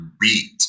beat